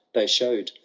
they showed,